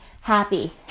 happy